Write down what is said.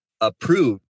approved